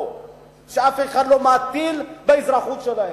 שאף אחד לא מטיל ספק באזרחות שלהם.